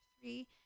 three